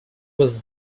was